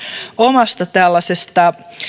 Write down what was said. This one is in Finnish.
omasta tällaisesta